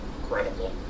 Incredible